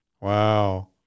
Wow